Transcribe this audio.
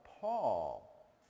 Paul